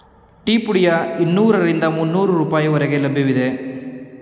tea ಪುಡಿಯು ಇನ್ನೂರರಿಂದ ಮುನ್ನೋರು ರೂಪಾಯಿ ಹೊರಗೆ ಲಭ್ಯವಿದೆ